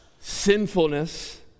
sinfulness